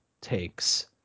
takes